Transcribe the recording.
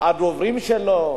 הדוברים שלו,